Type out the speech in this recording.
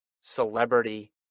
Celebrity